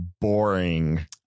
boring